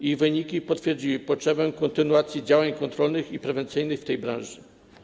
Ich wyniki potwierdziły potrzebę kontynuacji działań kontrolnych i prewencyjnych w tej branży.